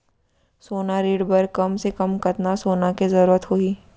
सोना ऋण बर कम से कम कतना सोना के जरूरत होही??